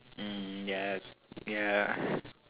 mm ya ya